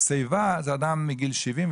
שיבה זה אדם מגיל 70,